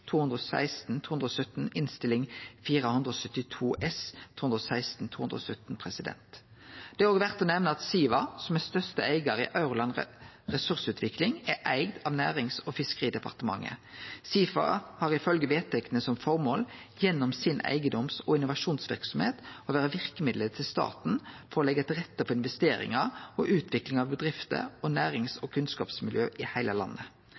Det er òg verdt å nemne at Siva, som er største eigar i Aurland Ressursutvikling, er eigd av Nærings- og fiskeridepartementet. Siva har ifølgje vedtektene som formål gjennom si eigedoms- og innovasjonsverksemd å vere verkemiddelet til staten for å leggje til rette for investeringar og utvikling av bedrifter og nærings- og kunnskapsmiljø i heile landet.